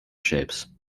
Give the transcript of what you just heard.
shapes